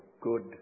good